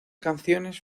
canciones